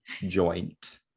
joint